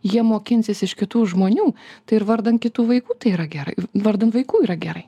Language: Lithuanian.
jie mokinsis iš kitų žmonių tai ir vardan kitų vaikų tai yra gerai vardan vaikų yra gerai